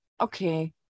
Okay